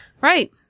Right